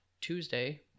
Tuesday